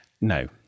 No